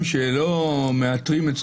למשל לגבי המחשב לא תהיה שום בעיה להגדיר שמחשב